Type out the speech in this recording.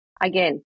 Again